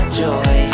joy